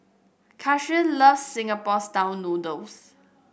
Cassius loves Singapore style noodles